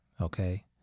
Okay